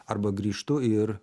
arba grįžtu ir